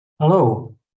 Hello